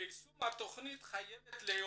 ליישום התכנית חייבת להיות